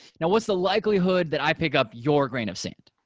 now what's the likelihood that i pick up your grain of sand,